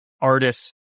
artists